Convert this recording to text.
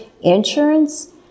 insurance